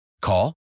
Call